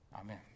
Amen